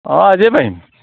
অ আজিয়ে পাৰিম